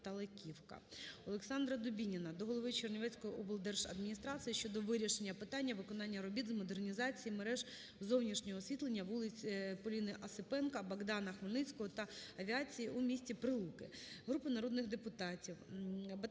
Олександра Дубініна до голови Чернігівської обласної державної адміністрації щодо вирішення питання виконання робіт з модернізації мереж зовнішнього освітлення вулиць Поліни Осипенко, Богдана Хмельницького та Авіації у місті Прилуки.